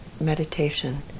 meditation